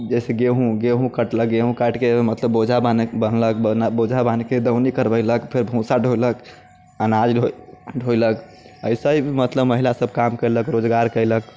जइसे गेहूँ गेहूँ काटलक गेहूँ काटके मतलब बोझा बान्हलक बोझा बान्हिके दौनी करबैलक फिर भूसा ढोयलक अनाज ढोइ ढोयलक ऐसे ही महिला सभ काम कयलक रोजगार कयलक